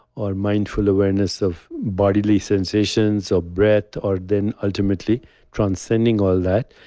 or mindful awareness of bodily sensations, or breath, or then ultimately transcending all that.